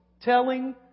Telling